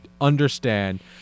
understand